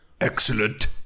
Excellent